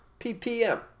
PPM